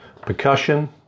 Percussion